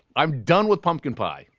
i'm done with pumpkin pie.